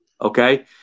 Okay